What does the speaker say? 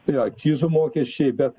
ir akcizo mokesčiai bet